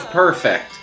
perfect